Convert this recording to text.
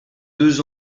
deux